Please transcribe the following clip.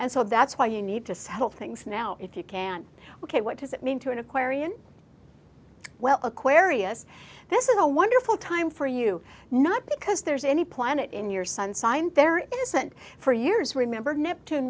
and so that's why you need to settle things now if you can ok what does it mean to an aquarian well aquarius this is a wonderful time for you not because there's any planet in your sun sign there isn't for years remember neptune